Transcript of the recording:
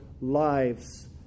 lives